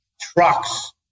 trucks